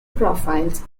profiles